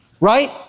right